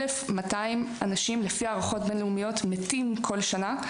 1,200 אנשים לפי הערכות בין-לאומיות מתים כל שנה,